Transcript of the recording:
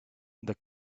the